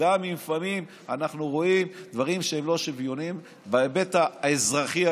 ואם לפעמים אנחנו רואים דברים שהם לא שוויוניים בהיבט האזרחי,